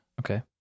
Okay